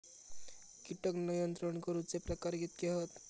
कीटक नियंत्रण करूचे प्रकार कितके हत?